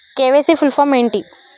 KYC full form ఏంటి?